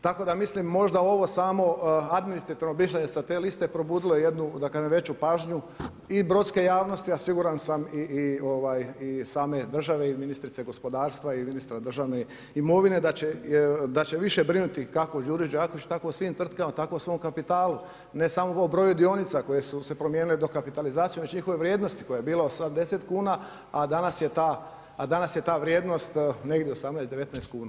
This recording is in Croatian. Tako da mislim možda ovo samo administrativno mišljenje sa te liste probudilo je jednu da kažem veću pažnju i brodske javnosti, a siguran sam i same države i ministrice gospodarstva i ministra državne imovine da će više brinuti kako o Đuri Đakoviću tako o svim tvrtkama, tako o svom kapitalu ne samo o broju dionica koje su se promijenile dokapitalizacijom već njihove vrijednosti koja je bila 80 kuna, a danas je ta vrijednost negdje 18, 19 kuna.